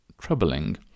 troubling